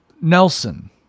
Nelson